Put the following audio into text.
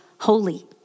Holy